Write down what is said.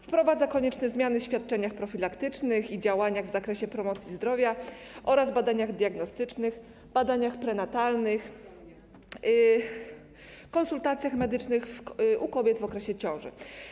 Wprowadza konieczne zmiany w świadczeniach profilaktycznych i działaniach w zakresie promocji zdrowia oraz badaniach diagnostycznych, badaniach prenatalnych, konsultacjach medycznych kobiet w okresie ciąży.